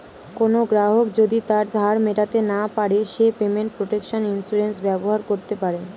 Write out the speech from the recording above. কোনো গ্রাহক যদি তার ধার মেটাতে না পারে সে পেমেন্ট প্রটেকশন ইন্সুরেন্স ব্যবহার করতে পারে